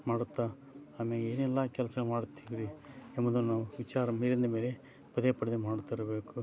ಮಾಡುತ್ತಾ ಆಮೇಲೆ ಏನೆಲ್ಲ ಕೆಲ್ಸಗಳು ಮಾಡುತ್ತೀರಿ ಎಂಬುದನ್ನು ವಿಚಾರ ಮೇಲಿಂದ ಮೇಲೆ ಪದೇ ಪಡೆದೇ ಮಾಡುತ್ತಿರಬೇಕು